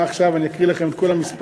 מה, עכשיו אני אקרא לכם את כל המספרים,